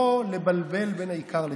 לא לבלבל בין העיקר לטפל.